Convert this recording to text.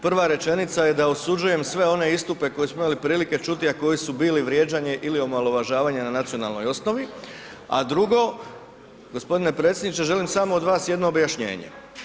Prva rečenica je da osuđujem sve one istupe koje smo imali prilike čuti, a koji su bili vrijeđanje ili omalovažavanje na nacionalnoj osnovi, a drugo, gospodine predsjedniče želim samo od vas jedno objašnjenje.